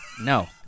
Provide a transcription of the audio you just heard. No